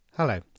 Hello